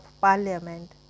parliament